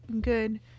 good